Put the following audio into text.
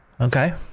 Okay